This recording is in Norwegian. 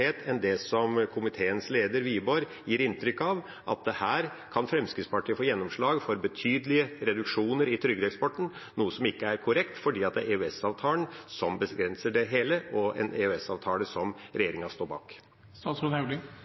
enn det komiteens leder, Wiborg, gir inntrykk av, at her kan Fremskrittspartiet få gjennomslag for betydelige reduksjoner i trygdeeksporten, noe som ikke er korrekt, fordi det er EØS-avtalen som begrenser det hele – og en EØS-avtale som regjeringen står